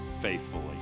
faithfully